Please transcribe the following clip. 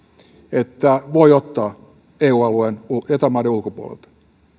että voi ottaa eta maiden ulkopuolelta